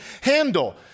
handle